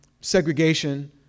segregation